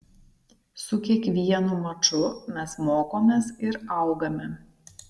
su kiekvienu maču mes mokomės ir augame